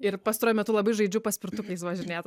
ir pastaruoju metu labai žaidžiu paspirtukais važinėt